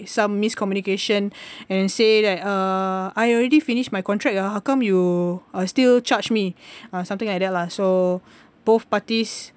some miscommunication and say that uh I already finished my contract ah how come you uh still charge me or something like that lah so both parties